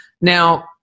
Now